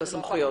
בסמכויות.